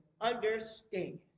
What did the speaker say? understand